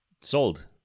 Sold